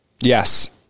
yes